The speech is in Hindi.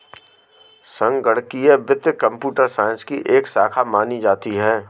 संगणकीय वित्त कम्प्यूटर साइंस की एक शाखा मानी जाती है